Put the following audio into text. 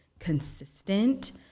consistent